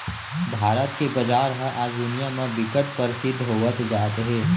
भारत के बजार ह आज दुनिया म बिकट परसिद्ध होवत जात हे